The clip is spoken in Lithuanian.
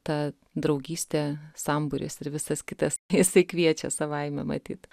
ta draugystė sambūris ir visas kitas jisai kviečia savaime matyt